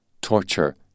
Torture